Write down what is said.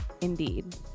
Indeed